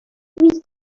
louise